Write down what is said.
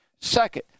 Second